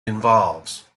involves